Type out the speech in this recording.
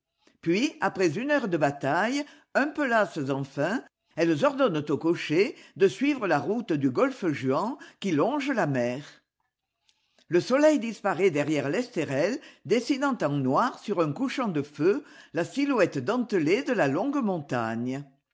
puis après une heure de bataille un peu lasses enfin elles ordonnent au cocher de suivre la route du golfe juan qui longe la mer le soleil disparaît derrière l'esterel dessinant en noir sur un couchant de feu la silhouette dentelée de la longue montagne